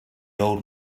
old